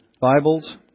Bibles